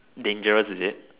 dangerous is it